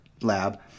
lab